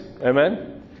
amen